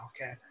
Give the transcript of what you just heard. okay